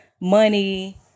money